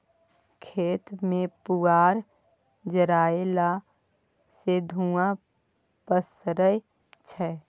खेत मे पुआर जरएला सँ धुंआ पसरय छै